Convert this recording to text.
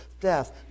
death